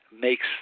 makes